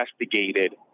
investigated